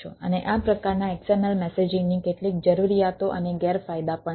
અને આ પ્રકારના XML મેસેજિંગની કેટલીક જરૂરિયાતો અને ગેરફાયદા પણ છે